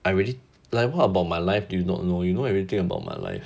I really like what about my life do not know you know everything about my life